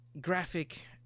graphic